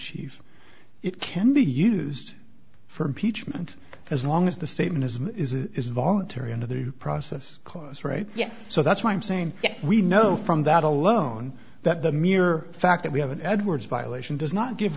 chief it can be used for impeachment as long as the statement is a is it is voluntary into the process clause right yes so that's why i'm saying we know from that alone that the mere fact that we have an edwards violation does not give